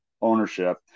ownership